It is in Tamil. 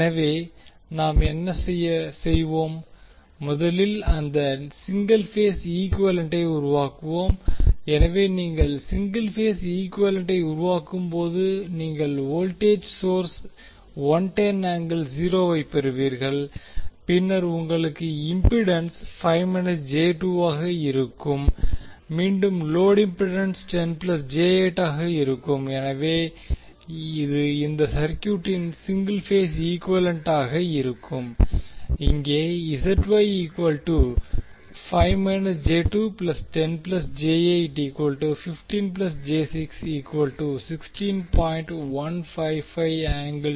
எனவே நாம் என்ன செய்வோம் முதலில் அதன் சிங்கிள் பேஸ் ஈக்குவேலன்டை உருவாக்குவோம் எனவே நீங்கள் சிங்கிள் பேஸ் ஈக்குவேலன்டை உருவாக்கும்போது நீங்கள் வோல்டேஜ் சோர்ஸ் 110∠0 ஐ பெறுவீர்கள் பின்னர் உங்களுக்கு இம்பிடன்ஸ் 5 j2 ஆக இருக்கும் மீண்டும் லோடு இம்பிடன்ஸ் 10 j8 ஆக இருக்கும் எனவே இது இந்த சர்க்யூட்டின் சிங்கிள் பேஸ் ஈக்குவேலன்ட்டாக இருக்கும் இங்கே